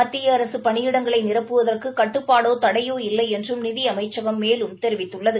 மத்திய அரசு பணியிடங்களை நிரப்புவதற்கு கட்டுப்பாடோ தடையோ இல்லை என்றும் நிதி அமைச்சகம் மேலும் தெரிவித்துள்ளது